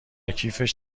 کیفش